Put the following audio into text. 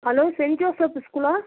hello saint Joseph ஸ்கூலா